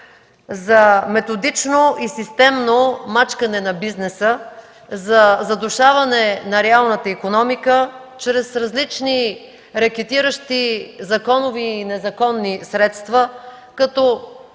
– методично и системно мачкане на бизнеса, задушаване на реалната икономика чрез различни рекетиращи законови и незаконни средства, като